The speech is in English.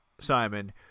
Simon